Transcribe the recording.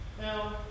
Now